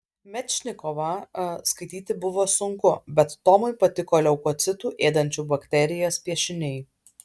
mečnikovą skaityti buvo sunku bet tomui patiko leukocitų ėdančių bakterijas piešiniai